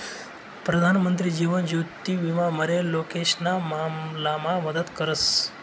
प्रधानमंत्री जीवन ज्योति विमा मरेल लोकेशना मामलामा मदत करस